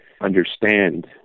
understand